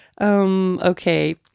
Okay